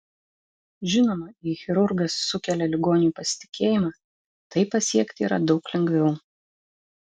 žinoma jei chirurgas sukelia ligoniui pasitikėjimą tai pasiekti yra daug lengviau